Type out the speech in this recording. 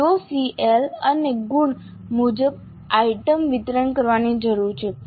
CO CL અને ગુણ મુજબ આઇટમ વિતરણ કરવાની જરૂર છે